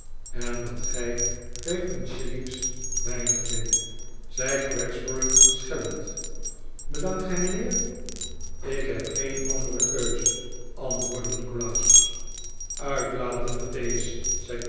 en dat gij vijftien shillings te weinig vindt zei gregsbury schellend bedankt gij mijnheer ik heb geen andere keus antwoordde nikolaas uitlaten mattheus